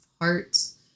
Hearts